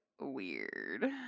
weird